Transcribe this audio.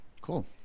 Cool